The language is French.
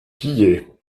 pillées